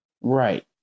right